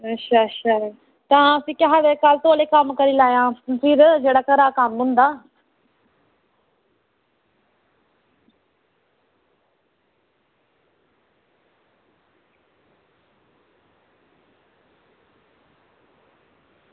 एह् अच्छा अच्छा ते तां भी केह् आक्खदे तौले कम्म करी लैयां फिर जेह्ड़ा घरा कम्म होंदा